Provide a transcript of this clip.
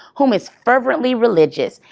whom is fervently religious.